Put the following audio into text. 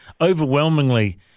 overwhelmingly